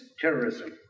terrorism